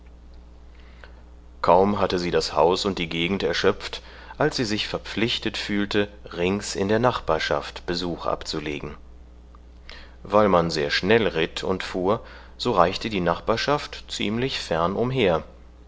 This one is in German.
kaum hatte sie das haus und die gegend erschöpft als sie sich verpflichtet fühlte rings in der nachbarschaft besuch abzulegen weil man sehr schnell ritt und fuhr so reichte die nachbarschaft ziemlich fern umher